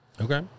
Okay